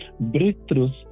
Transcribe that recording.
Breakthroughs